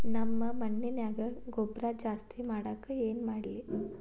ನಮ್ಮ ಮಣ್ಣಿನ್ಯಾಗ ಗೊಬ್ರಾ ಜಾಸ್ತಿ ಮಾಡಾಕ ಏನ್ ಮಾಡ್ಲಿ?